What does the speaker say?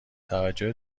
توجه